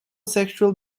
sexual